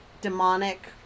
demonic